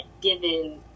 given